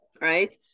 Right